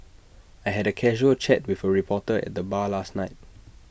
I had A casual chat with A reporter at the bar last night